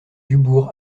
dubourg